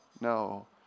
no